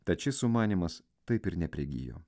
tad šis sumanymas taip ir neprigijo